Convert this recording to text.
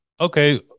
Okay